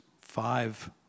five